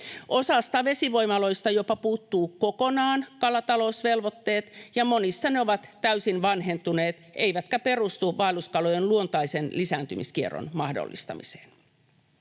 Osasta vesivoimaloista jopa puuttuu kokonaan kalatalousvelvoitteet, ja monissa ne ovat täysin vanhentuneet eivätkä perustu vaelluskalojen luontaisen lisääntymiskierron mahdollistamiseen.